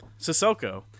Sissoko